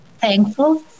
thankful